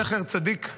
זכר צדיק לברכה,